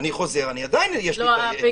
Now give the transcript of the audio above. אני חוזר עדיין יש לי הרשיון.